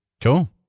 Cool